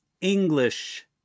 English